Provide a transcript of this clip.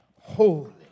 Holy